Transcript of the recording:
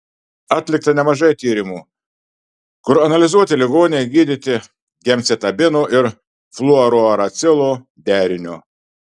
atlikta nemažai tyrimų kur analizuoti ligoniai gydyti gemcitabino ir fluorouracilo deriniu